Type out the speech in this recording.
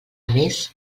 més